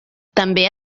també